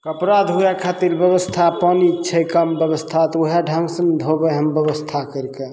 कपड़ा धौवय खातिर व्यवस्था पानि छै कम व्यवस्था तऽ वएह ढङ्गसँ ने धोबय हम व्यवस्था करि कऽ